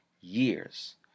years